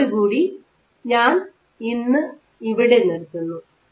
ഇതോടുകൂടി ഞാൻ ഇന്ന് ഇവിടെ നിർത്തുന്നു